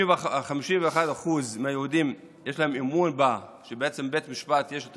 ל-51% מהיהודים יש אמון שלבית המשפט יש את